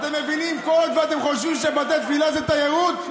אתם מבינים, אתם חושבים שבתי תפילה זה תיירות?